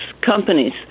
companies